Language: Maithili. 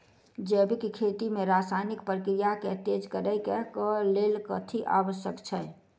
जैविक खेती मे रासायनिक प्रक्रिया केँ तेज करै केँ कऽ लेल कथी आवश्यक छै?